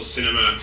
Cinema